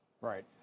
Right